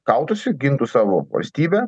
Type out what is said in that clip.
kautųsi gintų savo valstybę